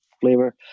flavor